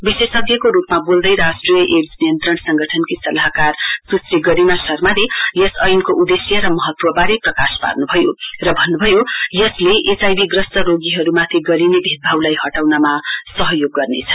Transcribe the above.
विशेषज्ञको रूपमा बोल्दै राष्ट्रिय एड्स नियन्त्रण संगठनको सल्लाहकार स्श्री गरिमा शर्माले यस एनको उद्देश्य र महत्वबारे प्रकाश पार्न्भयो र भन्न्भयो यसले एचआइभी ग्रस्त रोगीहरूमाथि गरिने भेदभावलाई हटाउनमा सहयोग गर्नेछ